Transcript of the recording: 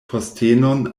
postenon